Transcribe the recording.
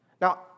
Now